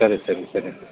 ಸರಿ ಸರಿ ಸರಿ